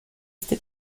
este